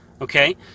okay